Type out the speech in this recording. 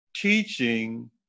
teaching